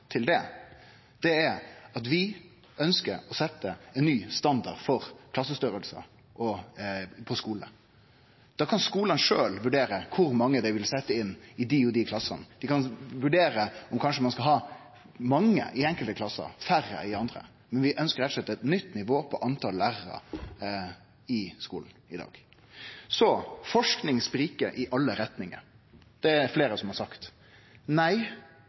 til det – er at vi ønskjer å setje ein ny standard for klassestorleik og for skule. Da kan skulane sjølve vurdere kor mange dei vil setje inn i dei ulike klassane. Dei kan vurdere om ein kanskje skal ha mange i enkelte klassar og færre i andre, men vi ønskjer rett og slett eit nytt nivå på talet på lærarar i skulen i dag. Forsking sprikjer i alle retningar – det er det fleire som har sagt. Nei,